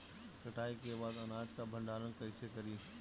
कटाई के बाद अनाज का भंडारण कईसे करीं?